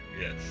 Yes